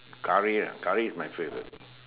curry ah curry is my favourite